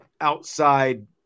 outside